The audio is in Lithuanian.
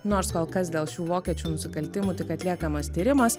nors kol kas dėl šių vokiečių nusikaltimų tik atliekamas tyrimas